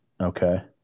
Okay